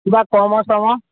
কিবা কৰ্ম চৰ্ম